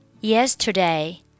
Yesterday